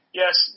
yes